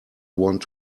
want